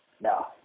No